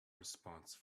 response